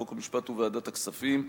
חוק ומשפט וועדת הכספים.